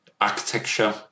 architecture